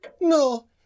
No